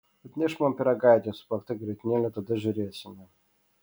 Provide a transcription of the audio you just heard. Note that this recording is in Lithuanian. atnešk man pyragaitį su plakta grietinėle tada žiūrėsime